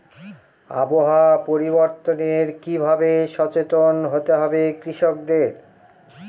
আবহাওয়া পরিবর্তনের কি ভাবে সচেতন হতে হবে কৃষকদের?